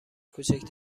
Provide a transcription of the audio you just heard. کوچک